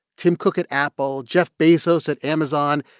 tim cook at apple, jeff bezos at amazon,